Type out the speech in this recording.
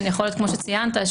כמו שציינת,